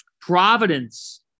providence